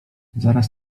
zaraz